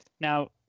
Now